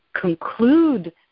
conclude